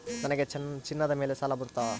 ನನಗೆ ಚಿನ್ನದ ಮೇಲೆ ಸಾಲ ಬರುತ್ತಾ?